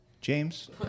James